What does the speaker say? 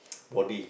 body